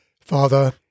Father